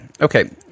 Okay